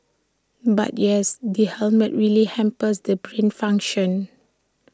but yes the helmet really hampers the brain function